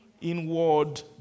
inward